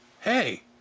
hey